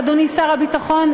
ואדוני שר הביטחון?